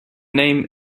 name